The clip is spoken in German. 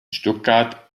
stuttgart